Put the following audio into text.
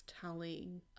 telling